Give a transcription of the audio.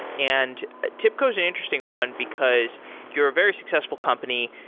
and tibco is an interesting one, because you're a very successful company.